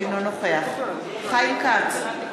אינו נוכח חיים כץ,